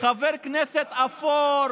חבר כנסת אפור,